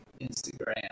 Instagram